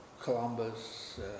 Columbus